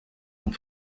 ont